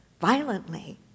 violently